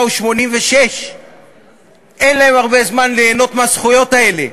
הוא 86 ואין להם הרבה זמן ליהנות מהזכויות האלה.